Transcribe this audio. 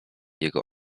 jego